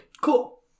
Cool